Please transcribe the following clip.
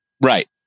Right